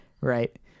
right